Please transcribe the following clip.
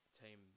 team